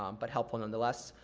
um but helpful nonetheless.